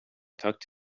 tucked